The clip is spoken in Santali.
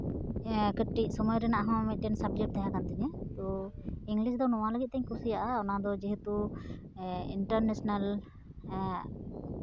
ᱠᱟᱹᱴᱤᱡ ᱥᱚᱢᱚᱭ ᱨᱮᱭᱟᱜ ᱦᱚᱸ ᱢᱤᱫᱴᱮᱱ ᱥᱟᱵᱡᱮᱠᱴ ᱛᱟᱦᱮᱸᱠᱟᱱ ᱛᱤᱧᱟᱹ ᱛᱚ ᱤᱝᱞᱤᱥ ᱫᱚ ᱱᱚᱣᱟ ᱞᱟᱹᱜᱤᱫ ᱛᱤᱧ ᱠᱩᱥᱤᱭᱟᱜᱼᱟ ᱚᱱᱟ ᱫᱚ ᱡᱮᱦᱮᱛᱩ ᱤᱱᱴᱟᱨᱱᱮᱥᱱᱮᱞ